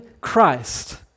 Christ